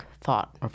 thought